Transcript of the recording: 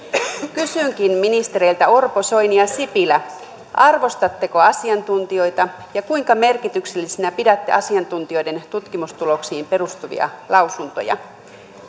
kysynkin ministereiltä orpo soini ja sipilä arvostatteko asiantuntijoita ja kuinka merkityksellisinä pidätte asiantuntijoiden tutkimustuloksiin perustuvia lausuntoja